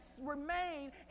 remain